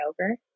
over